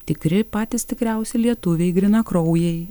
tikri patys tikriausi lietuviai grynakraujai